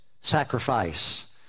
Sacrifice